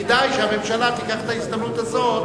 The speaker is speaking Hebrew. כדאי שהממשלה תיקח את ההזדמנות הזאת,